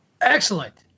Excellent